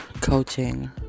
coaching